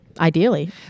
ideally